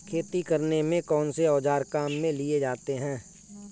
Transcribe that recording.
खेती करने में कौनसे औज़ार काम में लिए जाते हैं?